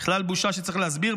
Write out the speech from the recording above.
בכלל בושה שצריך להסביר.